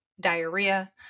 diarrhea